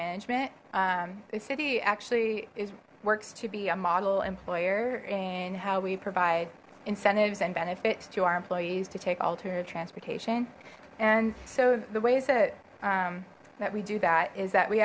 management the city actually works to be a model employer in how we provide incentives and benefits to our employees to take alternative transportation and so the ways that that we do that is that we